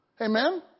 Amen